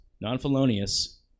non-felonious